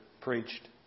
preached